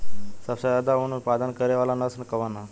सबसे ज्यादा उन उत्पादन करे वाला नस्ल कवन ह?